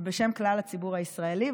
ובשם כלל הציבור הישראלי,